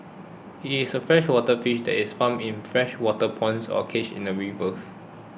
it is a freshwater fish that is farmed in freshwater ponds or cages in rivers